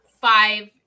five